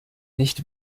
nicht